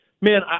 Man